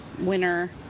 winner